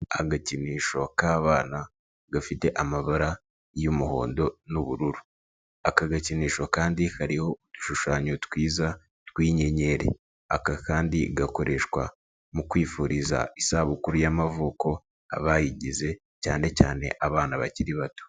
Agakinisho k'abana gafite amabara y'umuhondo n'ubururu. Aka gakinisho kandi kariho udushushanyo twiza tw'inyenyeri. Aka kandi gakoreshwa mu kwifuriza isabukuru y'amavuko abayigize cyane cyane abana bakiri bato.